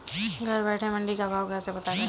घर बैठे मंडी का भाव कैसे पता करें?